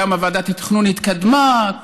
כמה ועדת התכנון התקדמה,